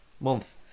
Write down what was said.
month